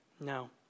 No